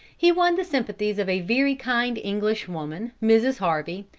he won the sympathies of a very kind english woman, mrs. harvey,